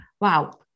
wow